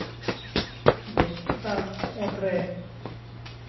ᱫᱚᱥ ᱠᱟᱴᱷᱟ ᱚᱛ ᱨᱮ